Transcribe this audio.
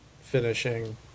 finishing